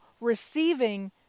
receiving